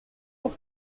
pour